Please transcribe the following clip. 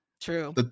True